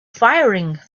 firing